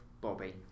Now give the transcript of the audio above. Bobby